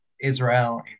Israel